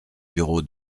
bureau